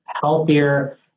healthier